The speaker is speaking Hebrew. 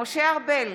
משה ארבל,